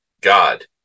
God